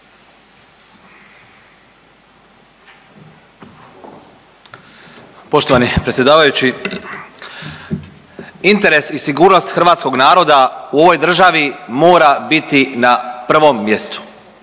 Poštovani predsjedavajući, interes i sigurnost hrvatskog naroda u ovoj državi mora biti na prvom mjestu